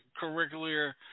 curricular